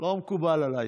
לא מקובל עליי.